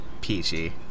peachy